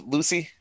Lucy